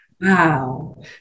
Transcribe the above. Wow